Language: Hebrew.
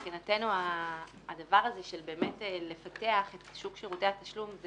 מבחינתנו הדבר הזה של לפתח את שוק שירותי התשלום,